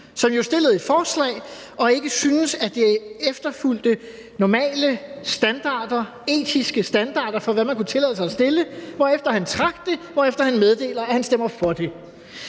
som jo stillede et forslag og ikke syntes at det fulgte normale etiske standarder for, hvad man kunne tillade sig at stille, hvorefter han trak det, og hvorefter han meddeler, at han stemmer for det.